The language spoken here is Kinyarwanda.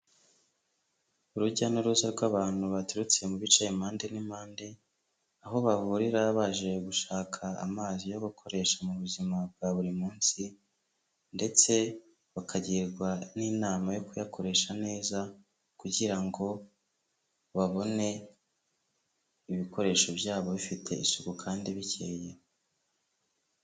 Urujya n'uruza rw'abantu baturutse mu bicaye impande n'impande, aho bahurira baje gushaka amazi yo gukoresha mu buzima bwa buri munsi ndetse bakagirwa n'inama yo kuyakoresha neza kugira ngo babone ibikoresho byabo bifite isuku kandi bikeye.